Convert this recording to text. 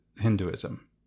Hinduism